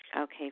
Okay